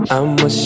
I'ma